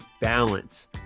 balance